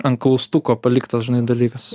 ant klaustuko paliktas žinai dalykas